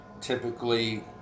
typically